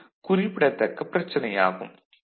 இது குறிப்பிடத்தக்க பிரச்சனை ஆகும்